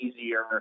easier